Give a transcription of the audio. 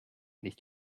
nicht